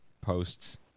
posts